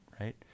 right